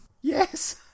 yes